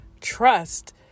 Trust